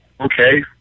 okay